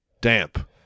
damp